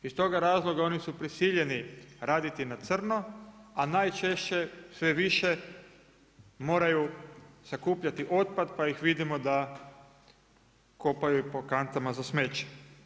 Iz toga razloga oni su prisiljeni raditi na crno, a najčešće sve više moraju sakupljati otpad pa ih vidimo da kopaju po kantama za smeće.